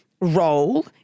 role